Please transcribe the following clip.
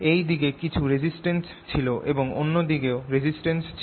এই দিকে কিছু রেজিস্টেন্স ছিল এবং অন্য দিকেও রেজিস্টেন্স ছিল